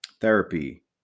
therapy